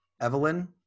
Evelyn